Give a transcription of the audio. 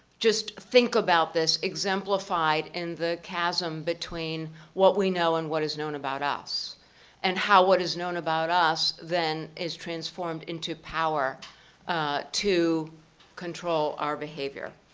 just think about this exemplified in the chasm between what we know and what is known about us and how what is known about us then is transformed into power to control our behavior.